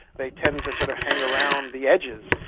they tend to sort of hang around the edges.